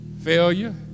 failure